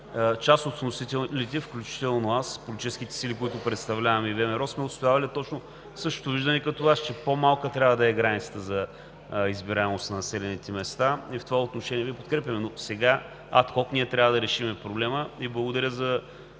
Част от вносителите, включително аз и политическите сили, които представляваме, и ВМРО, сме отстоявали същото виждане като Вашето – по-малка трябва да е границата за избираемост на населените места. В това отношение Ви подкрепяме, но сега адхок трябва да решим проблема. Благодаря за